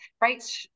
right